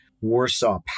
Warsaw